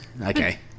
okay